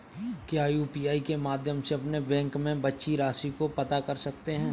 क्या यू.पी.आई के माध्यम से अपने बैंक में बची राशि को पता कर सकते हैं?